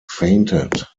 fainted